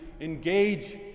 engage